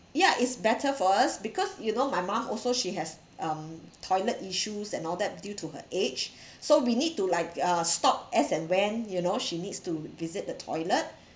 ya it's better for us because you know my mum also she has um toilet issues and all that due to her age so we need to like uh stop as and when you know she needs to visit the toilet